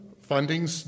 funding